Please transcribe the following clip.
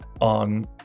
on